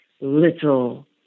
little